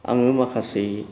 आङो माखासे